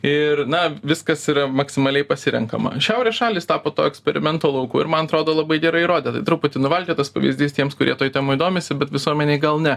ir na viskas yra maksimaliai pasirenkama šiaurės šalys tapo to eksperimento lauku ir man atrodo labai gerai įrodė tai truputį nuvalkiotas pavyzdys tiems kurie toj temoj domisi bet visuomenėj gal ne